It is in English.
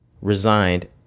resigned